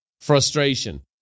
Frustration